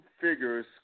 figures